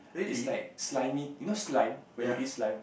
it's like slimy you know slime when you eat slime